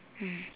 mm